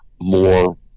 more